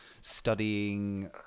studying